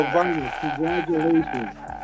Congratulations